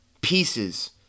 pieces